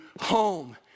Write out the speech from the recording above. home